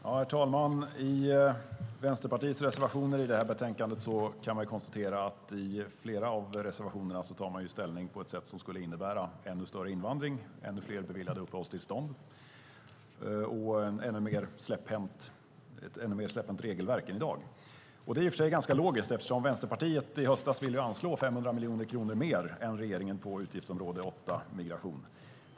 Herr talman! Man kan konstatera att Vänsterpartiet i flera av reservationerna i det här betänkandet tar ställning på ett sätt som skulle innebära ännu större invandring, ännu fler beviljade uppehållstillstånd och ett ännu mer släpphänt regelverk än i dag. Det är i och för sig ganska logiskt eftersom Vänsterpartiet i höstas ville anslå 500 miljoner kronor mer än regeringen på utgiftsområde 8 Migration.